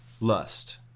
Lust